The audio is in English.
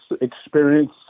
experience